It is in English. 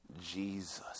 Jesus